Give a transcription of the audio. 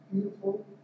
beautiful